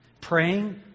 Praying